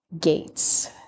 gates